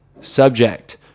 subject